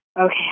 Okay